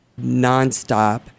nonstop